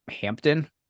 Hampton